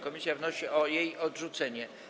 Komisja wnosi o jej odrzucenie.